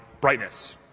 brightness